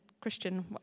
Christian